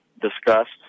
discussed